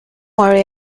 worry